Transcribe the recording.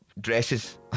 Dresses